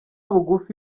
bugufi